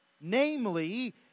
namely